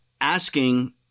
asking